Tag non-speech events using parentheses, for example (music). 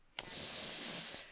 (noise)